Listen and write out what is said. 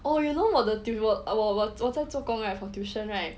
oh you know 我的我在做工 right for tuition right